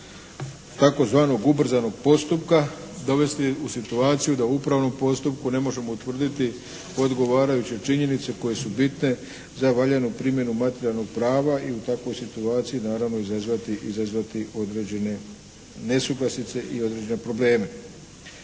tzv. ubrzanog postupka dovesti u situaciju da u upravnom postupku ne možemo utvrditi odgovarajuće činjenice koje su bitne za valjanu primjenu materijalnog prava i u takvoj situaciji naravno izazvati određene nesuglasice i određene probleme.